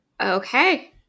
Okay